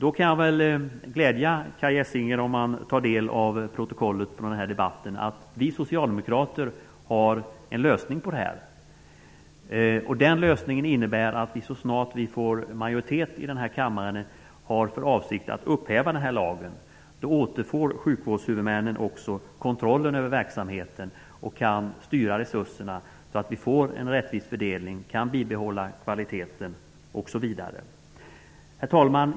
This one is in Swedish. Men jag kan glädja Kaj Essinger, om han tar del av protokollet från denna debatt, med att vi socialdemokrater har en lösning på detta problem. Den innebär att vi så snart vi får majoritet här i kammaren har för avsikt att upphäva denna lag. Då återfår sjukvårdshuvudmännen också kontrollen över verksamheten, kan styra resurserna, bibehålla kvaliteten, osv. Herr talman!